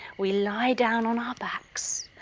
we lie down on our backs,